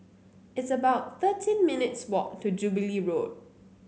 it's about thirteen minutes' walk to Jubilee Road